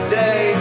day